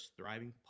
thriving